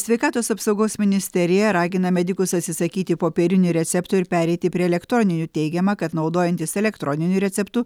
sveikatos apsaugos ministerija ragina medikus atsisakyti popierinių receptų ir pereiti prie elektroninių teigiama kad naudojantis elektroniniu receptu